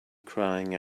crying